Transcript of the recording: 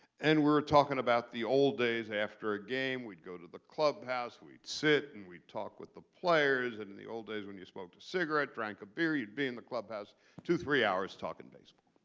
and we were talking about the old days after a game. we'd go to the clubhouse, we'd sit, and we'd talk with the players. and in the old days when you smoked cigarette, drank a beer, you'd be in the clubhouse two, three hours talking baseball.